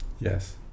Yes